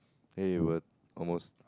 almost